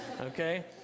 okay